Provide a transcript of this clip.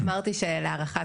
זה הנוהג.